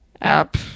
app